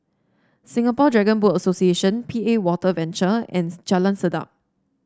Singapore Dragon Boat Association P A Water Venture and Jalan Sedap